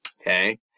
Okay